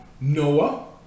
noah